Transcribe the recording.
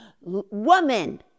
Woman